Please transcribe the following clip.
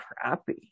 crappy